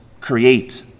create